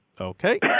okay